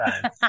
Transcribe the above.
time